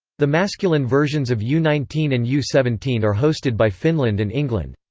the masculine versions of u nineteen and u seventeen are hosted by finland and england.